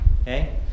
okay